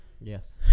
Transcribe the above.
Yes